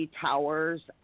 towers